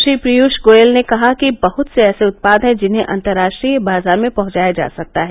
श्री पीयूष गोयल ने कहा कि बहुत से ऐसे उत्याद हैं जिन्हें अंतर्राष्ट्रीय बाजार में पहुंचाया जा सकता है